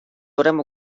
haurem